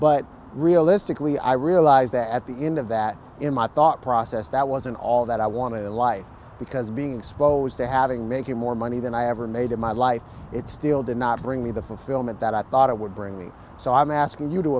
but realistically i realize that at the end of that in my thought process that wasn't all that i wanted a life because being exposed to having making more money than i ever made in my life it still did not bring me the fulfillment that i thought it would bring me so i'm asking you to